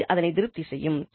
அது இதனை திருப்தி செய்யும்